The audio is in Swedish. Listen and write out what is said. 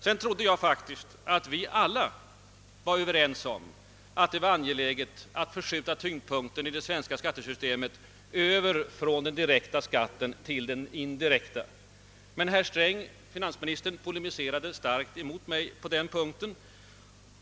Jag trodde faktiskt att vi alla var överens om att det är angeläget att förskjuta tyngdpunkten i det svenska skattesystemet från den direkta skatten till den indirekta, men herr Sträng polemiserade starkt emot mig på den punkten.